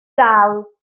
dal